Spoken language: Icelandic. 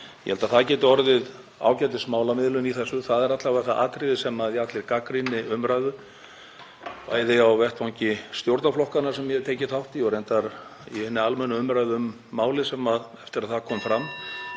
Ég held að það geti orðið ágætismálamiðlun í þessu. Það er alla vega það atriði sem í allri gagnrýninni umræðu, bæði á vettvangi stjórnarflokkanna, sem ég hef tekið þátt í, og reyndar í hinni almennu umræðu um málið eftir að það kom fram,